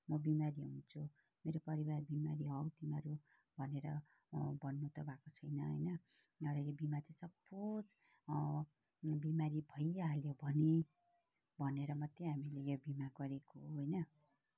म बिमारी हुन्छु मेरो परिवार बिमारी हौ तिमीहरू भनेर भन्नु त भएको छैन होइन र यो बिमा चाहिँ सपोज बिमारी भइहाल्यो भने भनेर मात्रै हामीले यो बिमा गरेको हो होइन